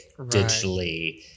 digitally